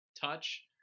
touch